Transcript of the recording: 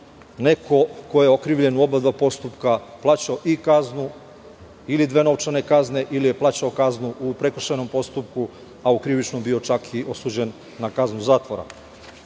neko ko je okrivljen u oba postupka plaćao i kaznu, ili dve novčane kazne ili je plaćao kaznu u prekršajnom postupku, a u krivičnom bio čak i osuđen na kaznu zatvora. To